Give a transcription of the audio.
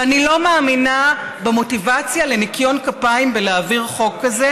ואני לא מאמינה במוטיבציה לניקיון כפיים בלהעביר חוק כזה